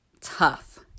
tough